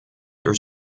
are